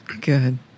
Good